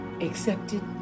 accepted